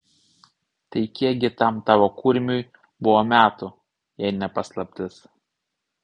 tai kiek gi tam tavo kurmiui buvo metų jei ne paslaptis